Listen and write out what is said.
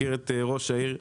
מכיר את ראש העיר.